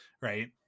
right